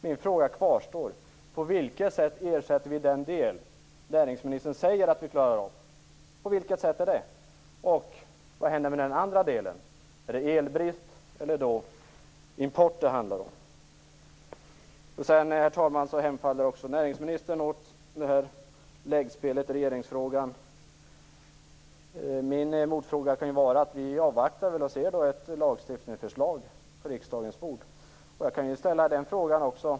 Min fråga kvarstår: På vilket sätt ersätter vi den del som näringsministern säger att vi klarar av? På vilket sätt gör vi det, och vad händer med den andra delen? Handlar det om elbrist eller import? Sedan, herr talman, hemfaller också näringsministern åt det här läggspelet i regeringsfrågan. Då kan jag ställa en motfråga. Vi avvaktar väl tills vi ser ett lagstiftningsförslag på riksdagens bord. Men då kan jag ställa en fråga.